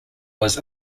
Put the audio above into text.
was